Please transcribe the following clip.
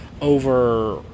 over